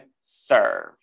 serve